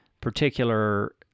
particular